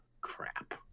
crap